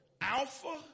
alpha